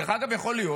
דרך אגב, יכול להיות